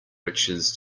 riches